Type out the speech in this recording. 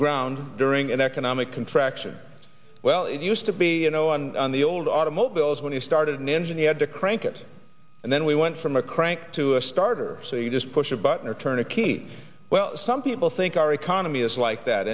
ground during an economic contraction well it used to be you know on the old automobiles when you started an engineer had to crank it and then we went from a crank to a starter so you just push a button or turn a key well some people think our economy is like that